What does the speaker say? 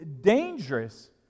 dangerous